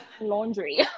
laundry